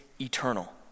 eternal